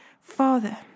Father